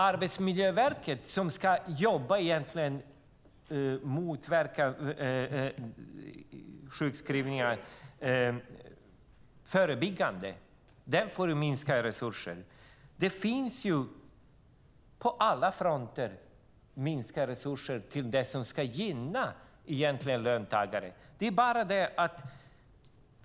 Arbetsmiljöverket, som ska jobba förebyggande och för att motverka sjukskrivningar, får minskade resurser. På alla fronter är det minskade resurser till det som ska gynna löntagare.